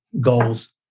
goals